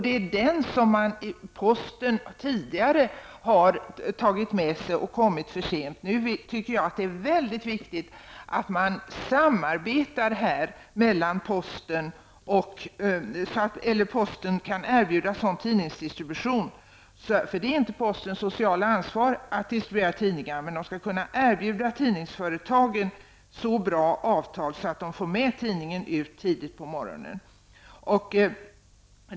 Det är den som posten tidigare har tagit med sig till människorna, och det är den som har kommit för sent. Det är således mycket viktigt att det finns ett samarbete här, så att posten kan erbjuda tidningsdistribution. Posten har ju inte något socialt ansvar när det gäller att distribuera tidningar. Men posten skall kunna erbjuda tidningsföretagen så bra avtal att tidningarna kan komma ut tidigt på morgonen.